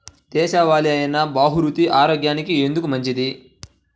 దేశవాలి అయినా బహ్రూతి ఆరోగ్యానికి ఎందుకు మంచిది?